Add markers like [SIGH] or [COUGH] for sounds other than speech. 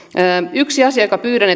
yksi asia josta pyydän [UNINTELLIGIBLE]